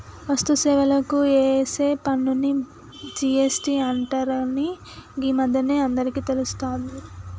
వస్తు సేవలకు ఏసే పన్నుని జి.ఎస్.టి అంటరని గీ మధ్యనే అందరికీ తెలుస్తాంది